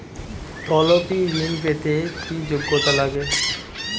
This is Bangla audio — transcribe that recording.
তলবি ঋন পেতে কি যোগ্যতা লাগে?